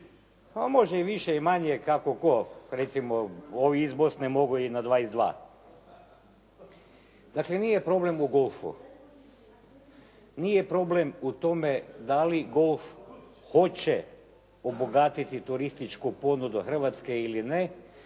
može i više i manje kako tko. Recimo ovi iz Bosne mogu i na 22. Dakle, nije problem u golfu. Nije problem u tome da li golf hoće obogatiti turističku ponudu Hrvatske ili ne,